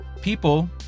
People